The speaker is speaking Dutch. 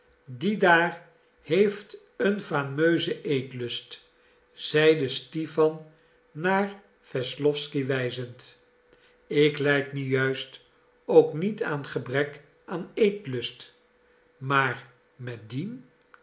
die daar heeft een fameusen eetlust zeide stipan naar wesslowsky wijzend ik lijd nu juist ook niet aan gebrek aan eetlust maar met dien